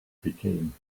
became